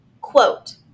quote